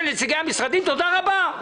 ראשית,